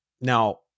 Now